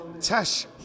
Tash